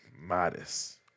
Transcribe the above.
modest